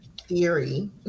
theory